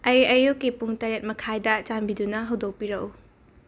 ꯑꯩ ꯑꯌꯨꯛꯀꯤ ꯄꯨꯡ ꯇꯔꯦꯠ ꯃꯈꯥꯏꯗ ꯆꯥꯟꯕꯤꯗꯨꯅ ꯍꯧꯗꯣꯛꯄꯤꯔꯛꯎ